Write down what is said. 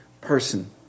person